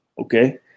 okay